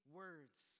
words